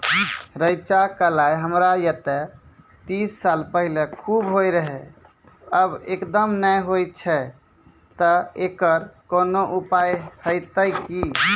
रेचा, कलाय हमरा येते तीस साल पहले खूब होय रहें, अब एकदम नैय होय छैय तऽ एकरऽ कोनो उपाय हेते कि?